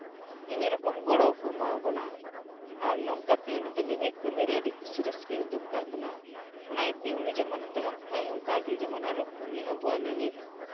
ᱢᱤᱢᱤᱫ ᱨᱚᱠᱚᱢ ᱜᱚᱲᱚ ᱠᱚᱠᱚ ᱮᱢᱟ ᱵᱚᱱᱟ ᱟᱨ ᱱᱚᱝᱠᱟᱛᱮ ᱢᱤᱢᱤᱫ ᱠᱟᱹᱢᱤᱨᱮ ᱟᱹᱰᱤ ᱠᱩᱥᱤ ᱨᱟᱹᱥᱠᱟᱹᱭ ᱩᱫᱩᱜ ᱠᱟᱜ ᱵᱚᱱᱟ ᱚᱱᱟ ᱤᱭᱟᱹᱛᱮ ᱩᱱᱤ ᱡᱮᱢᱚᱱᱮ ᱛᱟᱸᱦᱮᱱ ᱠᱷᱟᱡ ᱚᱱᱠᱟᱜᱮ ᱡᱮᱱᱚ ᱟᱵᱚᱣᱟᱜ ᱠᱟᱹᱢᱤ ᱡᱮᱢᱚᱱ ᱢᱤᱢᱤᱫ